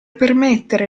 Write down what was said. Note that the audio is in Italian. permettere